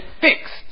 fixed